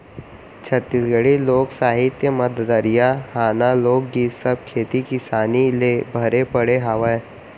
छत्तीसगढ़ी लोक साहित्य म ददरिया, हाना, लोकगीत सब खेती किसानी ले भरे पड़े हावय